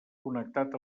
connectat